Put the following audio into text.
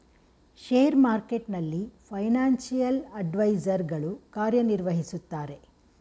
share ಮಾರ್ಕೆಟ್ನಲ್ಲಿ financial advisor ಗಳು ಕಾರ್ಯ ನಿರ್ವಹಿಸುತ್ತಾರೆ